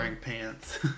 pants